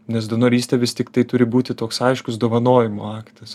nes donorystė vis tiktai turi būti toks aiškus dovanojimo aktas